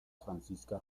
francisca